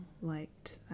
liked